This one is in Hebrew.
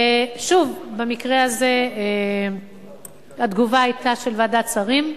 שוב, במקרה הזה התגובה היתה, של ועדת שרים,